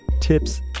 tips